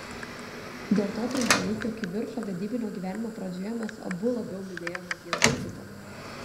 dėl to trumpalaikio kivirčo vedybinio gyvenimo pradžioje mes abu labiau mylėjome vienas kitą